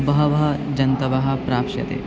बहवः जन्तवः प्राप्स्यते